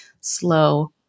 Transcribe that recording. slow